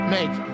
Make